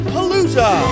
Palooza